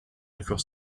across